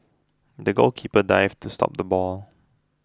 the goalkeeper dived to stop the ball